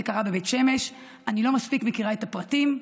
זה קרה בבית שמש, אני לא מספיק מכירה את הפרטים,